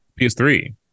PS3